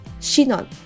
Shinon